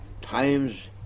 times